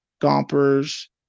Gompers